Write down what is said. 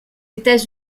états